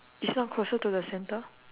it's not closer to the center